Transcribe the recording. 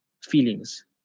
feelings